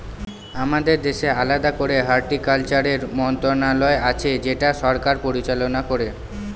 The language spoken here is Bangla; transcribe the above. আমাদের দেশে আলাদা করে হর্টিকালচারের মন্ত্রণালয় আছে যেটা সরকার পরিচালনা করে